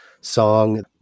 song